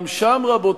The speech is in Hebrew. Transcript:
גם שם, רבותי,